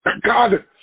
God